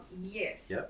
Yes